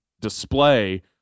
display